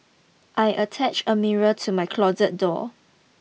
I attached a mirror to my closet door